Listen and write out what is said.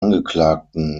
angeklagten